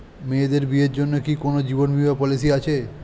মেয়েদের বিয়ের জন্য কি কোন জীবন বিমা পলিছি আছে?